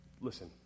Listen